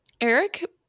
Eric